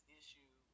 issue